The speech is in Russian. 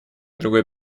другой